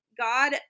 God